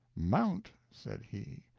mount, said he,